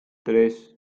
tres